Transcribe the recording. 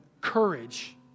courage